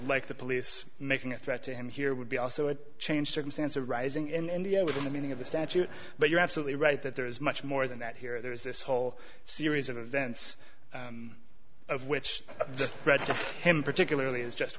like the police making a threat to him here would be also a changed circumstances arising in india within the meaning of the statute but you're absolutely right that there is much more than that here there is this whole series of events of which read to him particularly as just